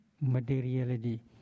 materiality